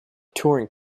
touring